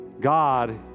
God